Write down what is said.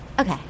okay